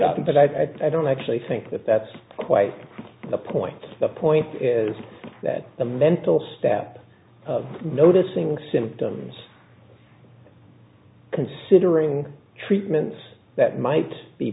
them but i don't actually think that that's quite the point the point is that the mental step noticing symptoms considering treatments that might be